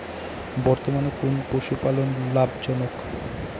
বর্তমানে কোন পশুপালন লাভজনক?